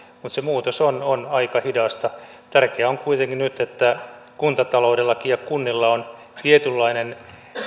mutta se muutos on on aika hidasta tärkeää on kuitenkin nyt että kuntataloudellakin ja kunnilla on tietynlainen